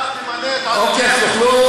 אתה תמלא בעצמך את תפקיד השופטים, אוקיי, אז תוכלו